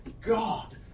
God